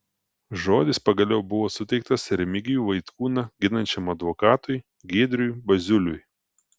žodis pagaliau buvo suteiktas remigijų vaitkūną ginančiam advokatui giedriui baziuliui